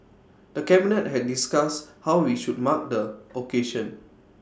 the cabinet had discussed how we should mark the occasion